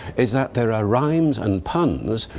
is that there are rhymes and puns,